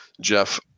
Jeff